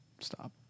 stop